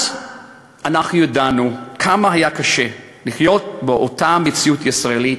אז אנחנו ידענו כמה היה קשה לחיות באותה מציאות ישראלית,